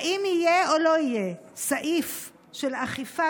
האם יהיה או לא יהיה סעיף של אכיפה